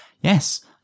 Yes